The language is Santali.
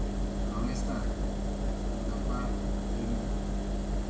ᱨᱚᱢᱮᱥᱫᱟ ᱜᱟᱯᱟ ᱤᱧ